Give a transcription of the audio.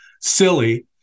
silly